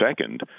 Second